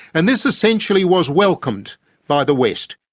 and this essentially was welcomed by the west.